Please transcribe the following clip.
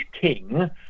king